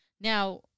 Now